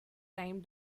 time